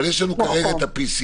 אבל יש לנו כרגע את ה-PCR,